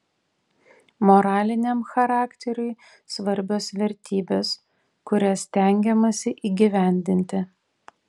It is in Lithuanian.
moraliniam charakteriui svarbios vertybės kurias stengiamasi įgyvendinti